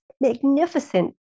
magnificent